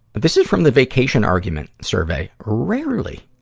this is from the vacation argument survey. rarely,